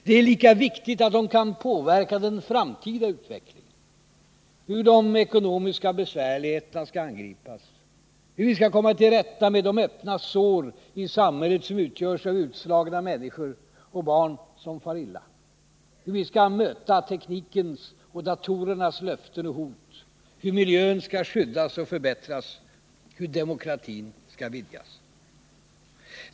Det är lika viktigt att de kan påverka den framtida utvecklingen — hur de ekonomiska besvärligheterna skall angripas, hur vi skall komma till rätta med de öppna sår i samhället som utgörs av utslagna människor och barn som far illa, hur vi skall möta teknikens och datorernas löften och hot, hur miljön skall skyddas och förbättras, hur demokratin skall vidgas.